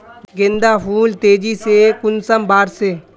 गेंदा फुल तेजी से कुंसम बार से?